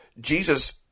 Jesus